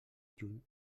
juny